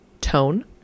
tone